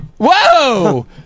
Whoa